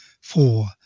four